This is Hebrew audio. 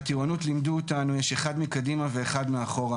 בטירונות לימדו אותנו שיש אחד מקדימה ואחד מאחורה.